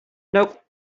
nope